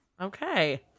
Okay